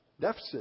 deficit